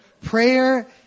Prayer